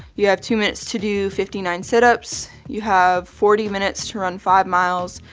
you have two minutes to do fifty nine situps. you have forty minutes to run five miles,